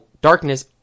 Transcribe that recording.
darkness